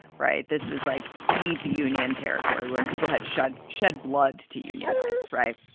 right. this was like deep union territory where people had shut shed blood to unionize. right.